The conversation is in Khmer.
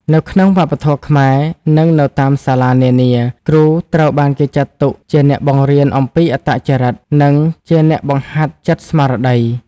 នៅក្នុងវប្បធម៌ខ្មែរនិងនៅតាមសាលានានា គ្រូត្រូវបានគេចាត់ទុកជាអ្នកបង្រៀនអំពីអត្តចរិតនិងជាអ្នកបង្ហាត់ចិត្តស្មារតី។